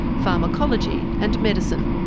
pharmacology, and medicine.